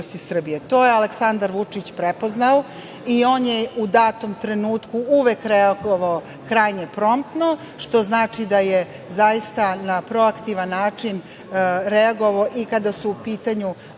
Srbije. Aleksandar Vučić je to prepoznao. On je u datom trenutku uvek reagovao krajnje promptno, što znači da je zaista na proaktivan način reagovao i kada je u pitanju bilo